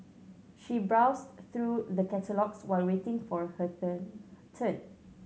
she browsed through the catalogues while waiting for her turn